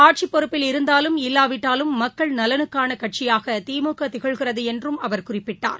ஆட்சிப் பொறுப்பில் இருந்தாலும் இல்லாவிட்டாலும் மக்கள் நலனுக்கான கட்சியாக திமுக திகழ்கிறது என்றும் அவர் குறிப்பிட்டார்